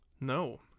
No